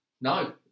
No